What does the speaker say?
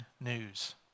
news